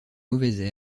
mauvaises